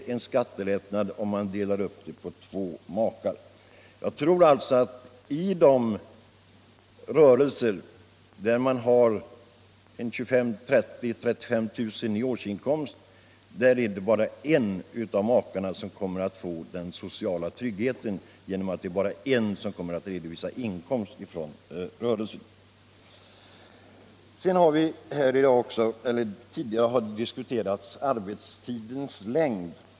blir en skattelättnad vid en sådan uppdelning. Jag tror alltså att i de = faktisk sambeskattrörelser där man har 25 000-35 000 kr. i årsinkomst blir det bara en av = ning makarna som kommer att få den sociala tryggheten därför att bara en av dem kommer att redovisa inkomst av rörelse. Här har tidigare diskuterats arbetstidens längd.